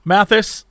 Mathis